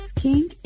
King